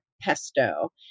pesto